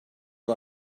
yol